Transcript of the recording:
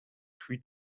tree